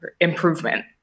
improvement